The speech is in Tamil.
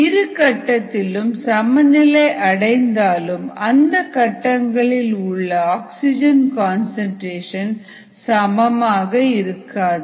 இரு கட்டத்திலும் சமநிலை அடைந்தாலும் அந்த கட்டங்களில் உள்ள ஆக்சிஜன் கான்சன்ட்ரேசன் சமமாக இருக்காது